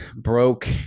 broke